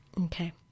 Okay